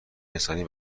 انسانی